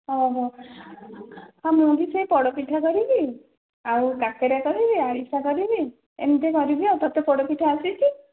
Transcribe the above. ଓହୋ ମୁଁ ବି ସେଇ ପୋଡ଼ପିଠା କରିବି ଆଉ କାକରା କରିବି ଆରିସା କରିବି ଏମିତି କରିବି ଆଉ ତତେ ପୋଡ଼ ପିଠା ଆସେ କି